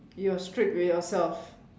you are strict with yourself